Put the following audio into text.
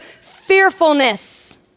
fearfulness